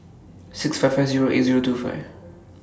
six five five Zero eight Zero two five